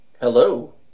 Hello